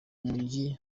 umujyi